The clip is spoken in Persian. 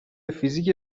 فیزیک